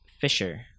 Fisher